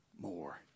more